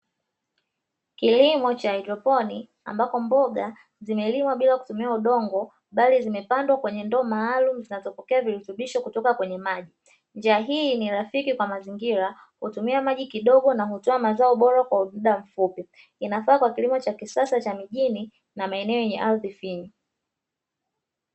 Kilimo cha haidroponi ambako mboga zimelimwa bila kutumia udongo, bali zimepandwa kwenye ndoo maalumu zinazopokea virutubisho kutoka kwenye maji, njia hii ni rafiki kwa mazingira hutumia maji kidogo na kutoa mazao bora kwa muda mfupi, inafaa kwa kilimo cha kisasa cha mijini na maeneo yenye ardhi finyu.